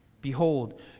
Behold